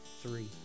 Three